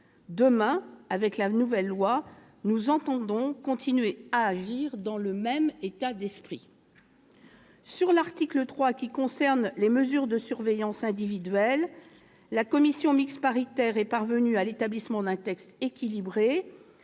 Demain, avec la nouvelle loi, nous entendons continuer à agir dans le même état d'esprit. Sur l'article 3, qui comprend les mesures de surveillance individuelle, la commission mixte paritaire est parvenue à l'établissement d'un texte équilibré.